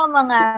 mga